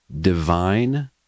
divine